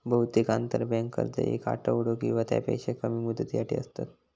बहुतेक आंतरबँक कर्ज येक आठवडो किंवा त्यापेक्षा कमी मुदतीसाठी असतत